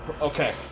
Okay